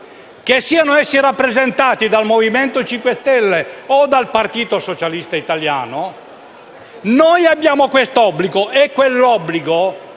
che siano rappresentati dal Movimento 5 Stelle o dal Partito Socialista Italiano. Noi abbiamo quest'obbligo e non